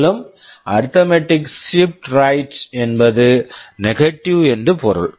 மேலும் arithmetic shift right arithmetic shift right என்பது negative negative என்று பொருள்